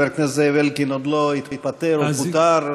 חבר הכנסת זאב אלקין עוד לא התפטר או פוטר,